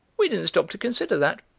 we didn't stop to consider that,